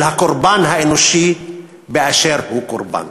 של הקורבן האנושי באשר הוא קורבן.